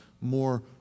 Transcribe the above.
more